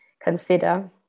consider